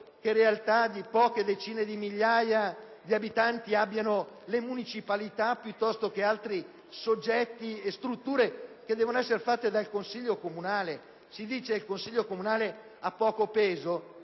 che realtà di poche decine di migliaia di abitanti abbiano le municipalità piuttosto che altri soggetti e strutture che devono essere decise dal consiglio comunale? Si dice che il consiglio comunale ha poco peso: